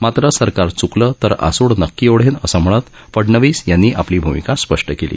मात्र सरकार च्कलं तर आसूड नक्की ओढेन असं म्हणत फडणवीस यांनी आपली भूमिका स्पष्ट केली